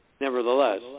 nevertheless